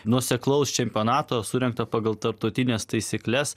nuoseklaus čempionato surengto pagal tarptautines taisykles